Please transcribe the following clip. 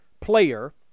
player